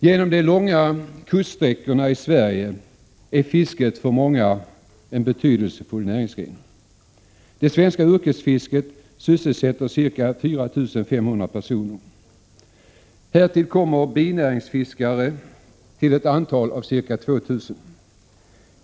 Genom de långa kuststräckorna i Sverige är fisket för många en betydelsefull näringsgren. Det svenska yrkesfisket sysselsätter ca 4 500 personer. Härtill kommer binäringsfiskare till ett antal av ca 2 000.